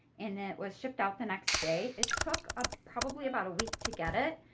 and it was shipped out the next day. it took ah probably about a week to get it,